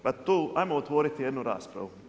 Pa tu, hajmo otvoriti jednu raspravu.